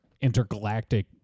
intergalactic